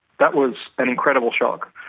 that was an incredible shock.